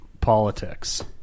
politics